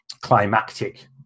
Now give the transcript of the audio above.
climactic